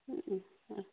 হুম হ্যাঁ